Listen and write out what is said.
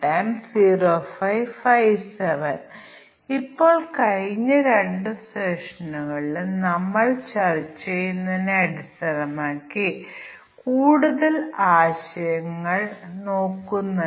അതിനാൽ നമുക്ക് പരാമീറ്ററുകളുടെ എണ്ണം ഉള്ള ഒരു പ്രശ്നം നൽകിയാൽ ആ പരാമീറ്ററുകളിലെ ചില വ്യവസ്ഥകളെ അടിസ്ഥാനമാക്കി നമുക്ക് ചില പ്രവർത്തനങ്ങൾ നടക്കുന്നു